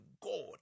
God